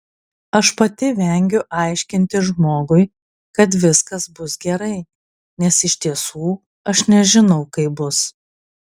aš pati vengiu aiškinti žmogui kad viskas bus gerai nes iš tiesų aš nežinau kaip bus